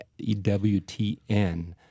EWTN